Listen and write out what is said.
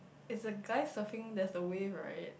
is a guy surfing that's the way right